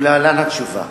ולהלן התשובה: